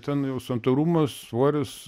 ten jau santūrumas svoris